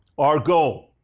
our goal,